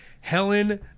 Helen